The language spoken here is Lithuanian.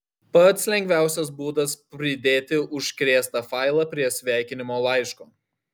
pats lengviausias būdas pridėti užkrėstą failą prie sveikinimo laiško